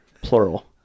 plural